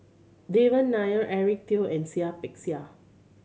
Devan Nair Eric Teo and Seah Peck Seah